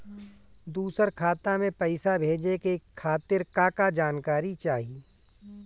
दूसर खाता में पईसा भेजे के खातिर का का जानकारी चाहि?